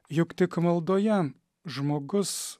juk tik maldoje žmogus